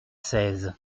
seize